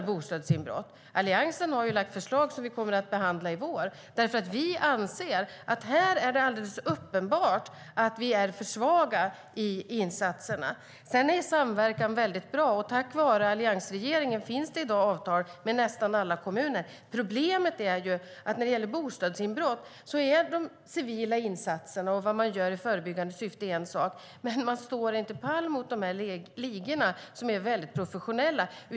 Alliansen har lagt fram förslag som kommer att behandlas i vår, för vi anser att det är uppenbart att vi är för svaga i insatserna. Samverkan är bra, och tack vare alliansregeringen finns det i dag avtal med nästan alla kommuner. Problemet är ju att när det gäller bostadsinbrott är de civila insatserna och det man gör i förebyggande syfte en sak, men man står inte pall mot dessa ligor som är väldigt professionella.